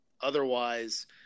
otherwise